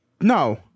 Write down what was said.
No